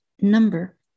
number